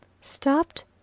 Stopped